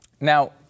Now